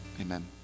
amen